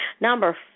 Number